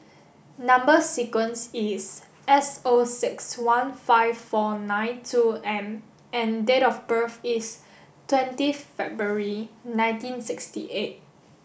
number sequence is S O six one five four nine two M and date of birth is twentieth February nineteen sixty eight